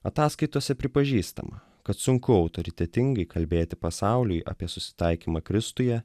ataskaitose pripažįstama kad sunku autoritetingai kalbėti pasauliui apie susitaikymą kristuje